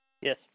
Yes